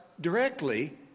directly